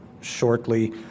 shortly